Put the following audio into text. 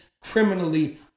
criminally